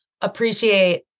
appreciate